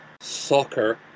soccer